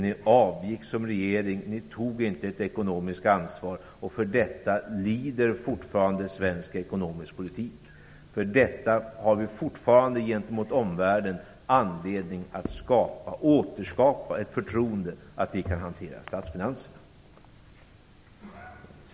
Ni avgick som regering, och ni tog inte ett ekonomiskt ansvar. För detta lider fortfarande svensk ekonomisk politik. För detta har vi fortfarande gentemot omvärlden anledning att återskapa ett förtroende att vi kan hantera statsfinanserna.